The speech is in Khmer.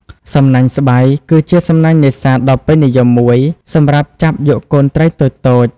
សំណាញ់ស្បៃ គឺជាសំណាញ់នេសាទដ៏ពេញនិយមមួយ សម្រាប់ចាប់យកកូនត្រីតូចៗ។